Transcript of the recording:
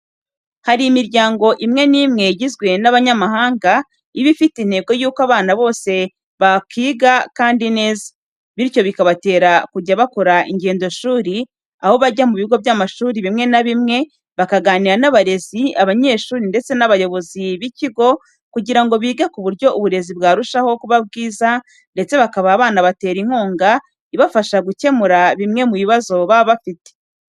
Hari imiryango imwe n'imwe igizwe n'abanyamahanga iba ifite intego y'uko abana bose bakiga kandi neza, bityo bikabatera kujya bakora ingendoshuri, aho bajya mu bigo by'amashuri bimwe na bimwe bakaganira n'abarezi, abanyeshuri ndetse n'abayobozi b'ikigo kugira ngo bige ku buryo uburezi bwarushaho kuba bwiza ndetse bakaba banabatera inkunga ibafasha gukemura bimwe mu bibazo baba bafite.